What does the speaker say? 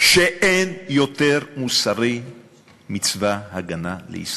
שאין יותר מוסרי מצבא ההגנה לישראל.